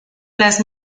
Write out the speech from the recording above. las